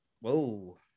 Whoa